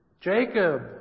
Jacob